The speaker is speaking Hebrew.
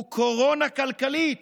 הוא קורונה כלכלית